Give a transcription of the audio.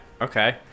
Okay